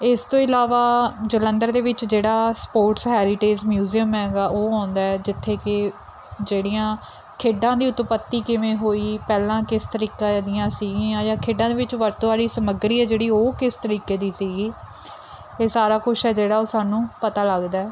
ਇਸ ਤੋਂ ਇਲਾਵਾ ਜਲੰਧਰ ਦੇ ਵਿੱਚ ਜਿਹੜਾ ਸਪੋਰਟਸ ਹੈਰੀਟੇਜ ਮਿਊਜ਼ੀਅਮ ਹੈਗਾ ਉਹ ਆਉਂਦਾ ਜਿੱਥੇ ਕਿ ਜਿਹੜੀਆਂ ਖੇਡਾਂ ਦੀ ਉਤਪਤੀ ਕਿਵੇਂ ਹੋਈ ਪਹਿਲਾਂ ਕਿਸ ਤਰੀਕੇ ਦੀਆਂ ਸੀਗੀਆਂ ਜਾਂ ਖੇਡਾਂ ਦੇ ਵਿੱਚ ਵਰਤੋਂ ਵਾਲੀ ਸਮੱਗਰੀ ਹੈ ਜਿਹੜੀ ਉਹ ਕਿਸ ਤਰੀਕੇ ਦੀ ਸੀਗੀ ਇਹ ਸਾਰਾ ਕੁਛ ਹੈ ਜਿਹੜਾ ਉਹ ਸਾਨੂੰ ਪਤਾ ਲੱਗਦਾ